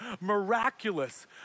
miraculous